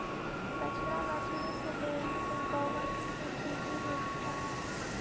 बछड़ा बछड़ी से डेयरी में गौवंश के वृद्धि होवित रह हइ